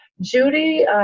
Judy